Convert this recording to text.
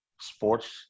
sports